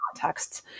contexts